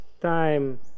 time